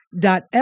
dot